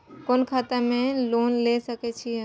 कोन खाता में लोन ले सके छिये?